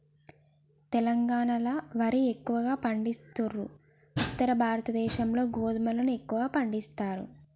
తెలంగాణాల వరి ఎక్కువ పండిస్తాండ్రు, ఉత్తర ప్రదేశ్ లో గోధుమలను ఎక్కువ పండిస్తారు